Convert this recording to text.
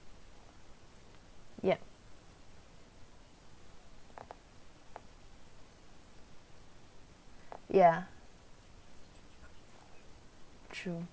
yup yeah true